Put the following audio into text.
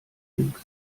links